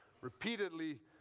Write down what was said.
repeatedly